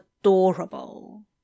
adorable